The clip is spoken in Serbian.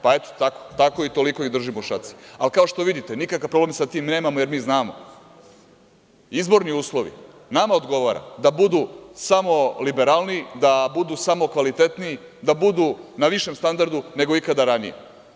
Pa eto, tako i toliko ih držimo u šaci, ali, kao što vidite nikakav problem sa tim nemamo, jer mi znamo, izborni uslovi, nama odgovara da budu samo liberalniji, da budu samo kvalitetniji, da budem na višem standardu nego ikada ranije.